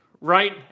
right